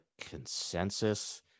consensus